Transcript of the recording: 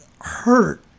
hurt